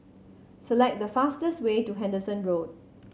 select the fastest way to Henderson Road